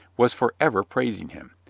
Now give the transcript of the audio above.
was forever praising him,